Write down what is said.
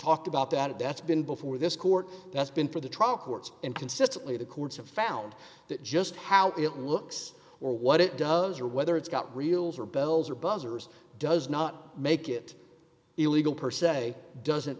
talked about that that's been before this court that's been for the trial courts and consistently the courts have found that just how it looks or what it does or whether it's got reals or bells or buzzers does not make it illegal per se doesn't